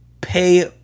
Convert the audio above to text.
pay